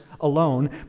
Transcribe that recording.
alone